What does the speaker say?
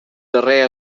darrer